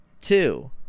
Two